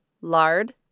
lard